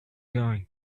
going